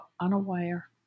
unaware